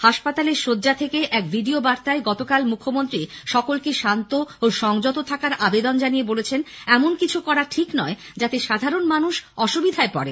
হাসপাতালের শয্যা থেকে এক ভিডিও বার্তায় গতকাল মুখ্যমন্ত্রী সকলকে শান্ত ও সংযত থাকার আবেদন জানিয়ে বলেছেন এমন কিছু করা ঠিক নয় যাতে সাধারণ মানুষ অসুবিধায় পড়ে